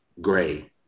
gray